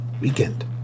weekend